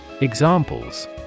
Examples